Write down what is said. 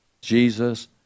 Jesus